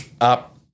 up